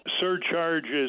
surcharges